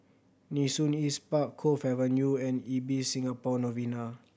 Nee Soon East Park Cove Avenue and Ibis Singapore Novena